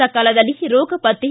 ಸಕಾಲದಲ್ಲಿ ರೋಗ ಪತ್ತೆ